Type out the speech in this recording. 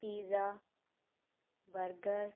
pizza burger